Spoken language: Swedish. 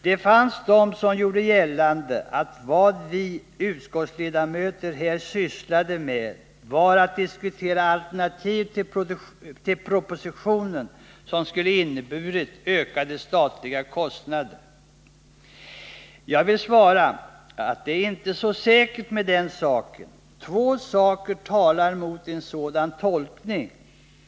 Det fanns de som gjorde gällande att vad vi utskottsledamöter i det här 69 avseendet sysslade med var att diskutera alternativ till propositionen som skulle ha inneburit ökade statliga kostnader. Jag vill säga att man inte kan vara så säker på den saken. Två argument talar mot en sådan tolkning.